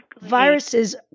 viruses